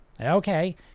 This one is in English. Okay